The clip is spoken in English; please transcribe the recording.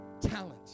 talent